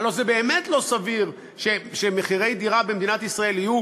הלוא זה באמת לא סביר שמחירי דירה במדינת ישראל יהיו